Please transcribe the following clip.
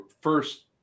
first